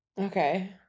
okay